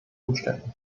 umständen